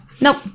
nope